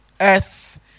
earth